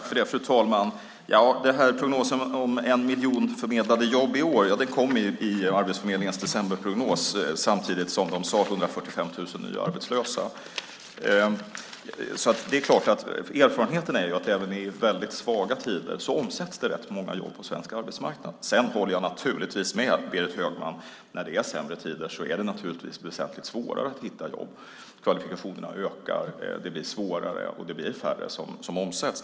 Fru talman! Prognosen om en miljon förmedlade jobb i år kom i Arbetsförmedlingens decemberprognos, samtidigt som de talade om 145 000 nya arbetslösa. Erfarenheten är att det även i väldigt svaga tider omsätts rätt många jobb på svensk arbetsmarknad. Jag håller naturligtvis med Berit Högman: När det är sämre tider är det väsentligt svårare att hitta jobb. Kvalifikationerna ökar. Det blir svårare, och det blir färre som omsätts.